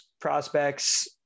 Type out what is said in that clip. prospects